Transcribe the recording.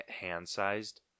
hand-sized